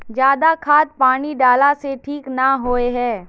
ज्यादा खाद पानी डाला से ठीक ना होए है?